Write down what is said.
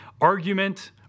argument